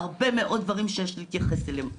הרבה מאוד דברים שיש להתייחס אליהם.